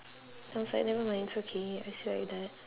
I was like nevermind it's okay I said like that